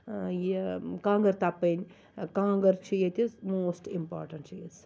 یہِ کانٛگٕر تَپٕنۍ کانٛگٕر چھِ ییٚتہِ موسٹ اِمپاٹَنٹ چیٖز